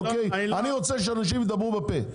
אני רוצה שאנשים ידברו בפה.